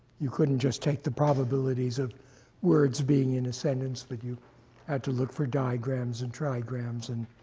you couldn't just take the probabilities of words being in a sentence, but you had to look for diagrams and trigrams, and